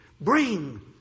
Bring